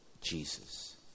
Jesus